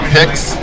Picks